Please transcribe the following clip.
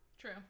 True